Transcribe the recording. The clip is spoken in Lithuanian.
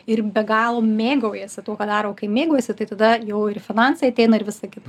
ir be galo mėgaujasi tuo ką daro o kai mėgaujasi tai tada jau ir finansai ateina ir visa kita